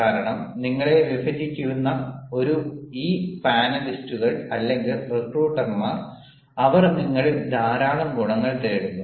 കാരണം നിങ്ങളെ വിഭജിക്കുന്ന ഈ പാനലിസ്റ്റുകൾ അല്ലെങ്കിൽ റിക്രൂട്ടർമാർ അവർ നിങ്ങളിൽ ധാരാളം ഗുണങ്ങൾ തേടുന്നു